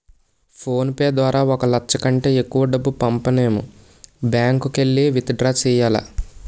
phone pay ద్వారా ఒక లచ్చ కంటే ఎక్కువ డబ్బు పంపనేము బ్యాంకుకెల్లి విత్ డ్రా సెయ్యాల